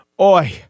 Oi